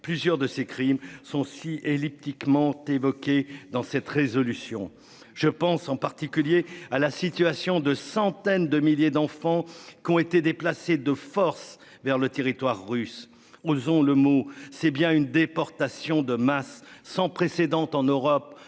plusieurs de ces crimes sont si elliptique évoqué dans cette résolution. Je pense en particulier à la situation de centaines de milliers d'enfants qui ont été déplacés de force vers le territoire russe, osons le mot, c'est bien une déportation de masse sans précédent en Europe